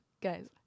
guys